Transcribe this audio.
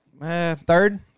Third